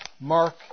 Mark